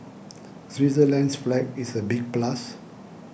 Switzerland's flag is a big plus